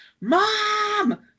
Mom